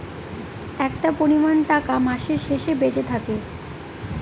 একটা পরিমান টাকা মাসের শেষে বেঁচে থাকে